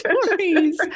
stories